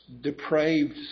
depraved